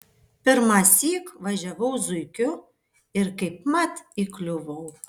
pirmąsyk važiavau zuikiu ir kaipmat įkliuvau